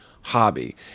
hobby